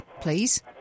please